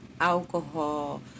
alcohol